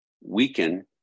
weaken